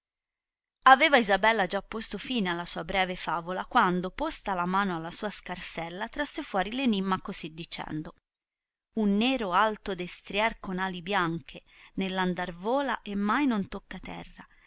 aveva isabella già posto fine alla sua breve favola quando posta la mano alla sua scarsella trasse fuori r enimma cosi dicendo un nero alto destrier con ali bianche ne r andar vola e mai non tocca terra